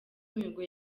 mihigo